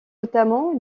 notamment